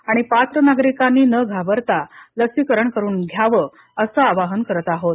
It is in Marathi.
आणि पात्र नागरिकांनी न घाबरता लसीकरण करून घ्यावं असं आवाहन करत आहोत